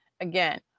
again